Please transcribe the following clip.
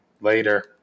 Later